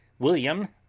william,